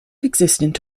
existent